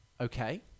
okay